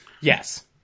Yes